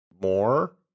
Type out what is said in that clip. more